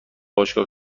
باشگاه